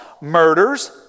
murders